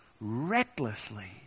recklessly